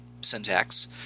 syntax